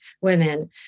women